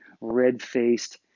red-faced